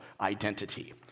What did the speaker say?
identity